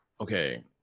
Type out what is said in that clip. okay